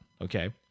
Okay